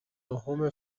نهم